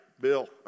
Bill